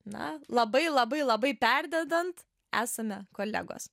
na labai labai labai perdedant esame kolegos